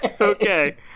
Okay